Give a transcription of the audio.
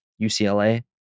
UCLA